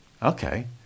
Okay